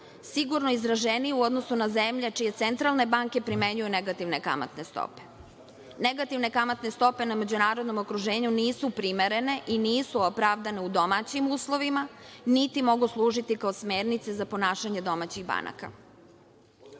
sigurno izraženije u odnosu na zemlje čije centralne banke primenjuju negativne kamatne stope. Negativne kamatne stope na međunarodnom okruženju nisu primerene i nisu opravdane u domaćim uslovima, niti mogu služiti kao smernice za ponašanje domaćih banaka. Sa